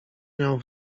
miał